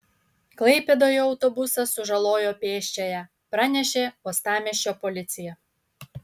klaipėdoje autobusas sužalojo pėsčiąją pranešė uostamiesčio policija